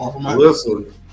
Listen